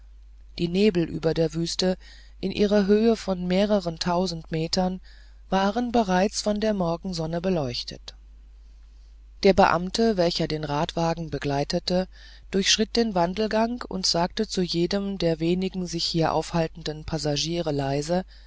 die nebel über der wüste in ihrer höhe von mehreren tausend metern waren bereits von der morgensonne beleuchtet der beamte welcher den radwagen begleitete durchschritt den wandelgang und sagte zu jedem der wenigen sich hier aufhaltenden passagiere leise